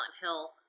Hill